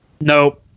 No